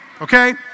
okay